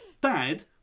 dad